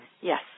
Yes